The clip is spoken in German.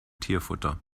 tierfutter